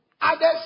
Others